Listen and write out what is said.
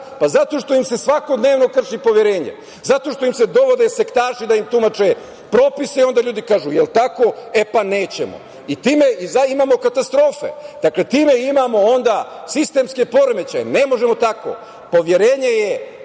Zato što im se svakodnevno krši poverenje, zato što im se dovode sektaši da im tumače propise, pa onda ljudi kažu – jel tako, e, pa nećemo. Time imamo katastrofe. Time imamo onda sistemske poremećaje. Ne možemo tako. Poverenje je